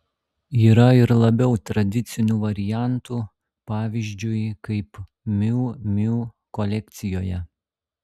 yra ir labiau tradicinių variantų pavyzdžiui kaip miu miu kolekcijoje